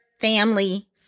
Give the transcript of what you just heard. family